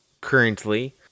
currently